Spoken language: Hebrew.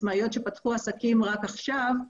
עצמאיות שפתחו עסקים רק עכשיו,